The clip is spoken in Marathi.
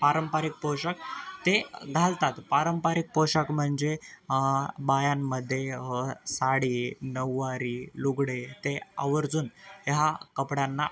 पारंपरिक पोशाख ते घालतात पारंपरिक पोशाख म्हणजे बायांमध्ये साडी नऊवारी लुगडे ते आवर्जून ह्या कपड्यांना